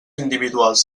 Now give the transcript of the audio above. individuals